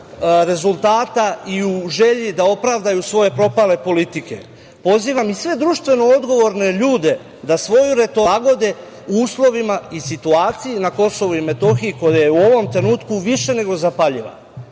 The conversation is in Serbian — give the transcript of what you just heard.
rezultata i u želji da opravdaju svoje propale politike. Pozivam i sve društveno odgovorne ljude da svoju retoriku prilagode uslovima i situaciji na KiM koja je u ovom trenutku više nego zapaljiva.